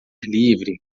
livre